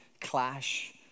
clash